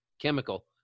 chemical